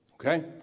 okay